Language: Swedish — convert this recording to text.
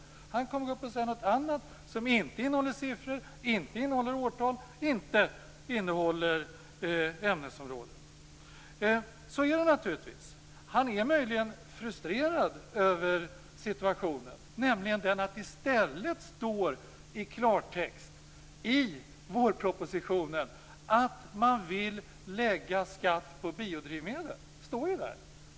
Han kommer att gå upp och säga något annat som inte innehåller siffror, som inte innehåller årtal och som inte innehåller ämnesområden. Så är det naturligtvis. Han är möjligen frustrerad över situationen, att det i stället i klartext står i vårpropositionen att man vill lägga skatt på biodrivmedel. Det står ju där.